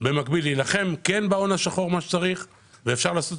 במקביל כן להילחם בהון השחור כפי שצריך ואפשר לעשות